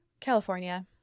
California